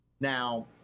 Now